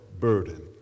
burden